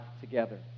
together